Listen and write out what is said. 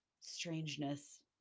strangeness